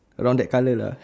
around that colour lah